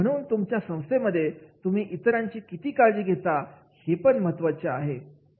म्हणून तुमच्या संस्थे मध्ये तुम्ही इतरांची किती काळजी घेतात हे खूप महत्त्वाचे आहे